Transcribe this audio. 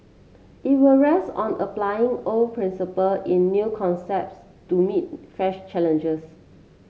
it will rest on applying old principle in new contexts to meet fresh challenges